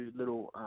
little